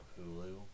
Hulu